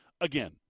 Again